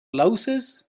louses